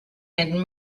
and